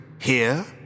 here